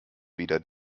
weder